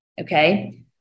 Okay